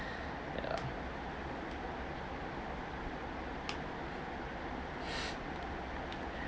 ya